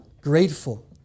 grateful